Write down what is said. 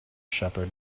shepherd